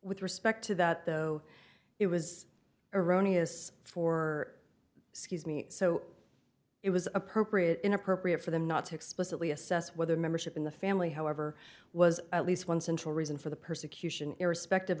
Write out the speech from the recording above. with respect to that though it was erroneous for me so it was appropriate inappropriate for them not to explicitly assess whether membership in the family however was at least one central reason for the persecution irrespective